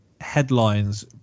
headlines